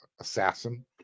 assassin